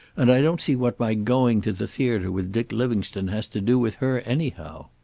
and i don't see what my going to the theater with dick livingstone has to do with her anyhow.